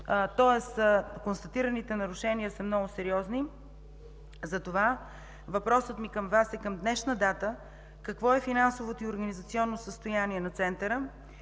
Тоест констатираните нарушения са много сериозни. Затова въпросът ми към Вас е: към днешна дата какво е финансовото и организационно състояние на Центъра,